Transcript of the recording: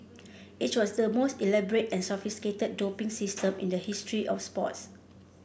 it was the most elaborate and sophisticated doping system in the history of sports